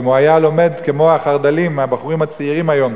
אם הוא היה לומד כמו החרד"לים והבחורים הצעירים היום,